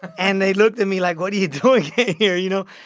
and they looked at me like, what are you doing here, you know?